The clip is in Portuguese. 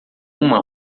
uma